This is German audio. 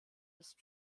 ist